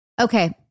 Okay